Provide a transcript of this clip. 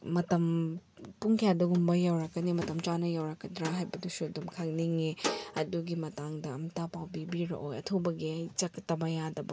ꯃꯇꯝ ꯄꯨꯡ ꯀꯌꯥꯗꯒꯨꯝꯕ ꯌꯧꯔꯛꯀꯅꯤ ꯃꯇꯝ ꯆꯥꯅ ꯌꯧꯔꯛꯀꯗ꯭ꯔꯥ ꯍꯥꯏꯕꯗꯨꯁꯨ ꯑꯗꯨꯝ ꯈꯪꯅꯤꯡꯉꯤ ꯑꯗꯨꯒꯤ ꯃꯇꯥꯡꯗ ꯑꯝꯇ ꯄꯥꯎ ꯄꯤꯕꯤꯔꯛꯑꯣ ꯑꯊꯨꯕꯒꯤ ꯑꯩ ꯆꯠꯇꯕ ꯌꯥꯗꯕ